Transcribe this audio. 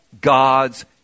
God's